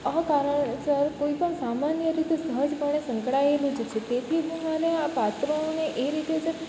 અમુક કારણોસર કોઈ પણ સામાન્ય રીતે સહજપણે સંકળાયેલો જ છે તેથી તેમાંના પાત્રને એ રીતે જ